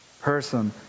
person